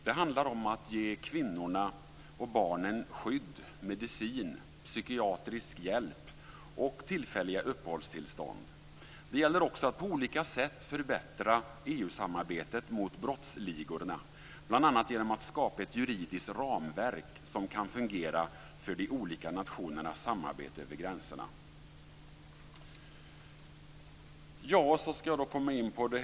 Det handlar om att ge kvinnorna och barnen skydd, medicin, psykiatrisk hjälp och tillfälliga uppehållstillstånd. Det gäller också att på olika sätt förbättra EU-samarbetet mot brottsligorna, bl.a. genom att skapa ett juridiskt ramverk som kan fungera för de olika nationernas samarbete över gränserna. Fru talman!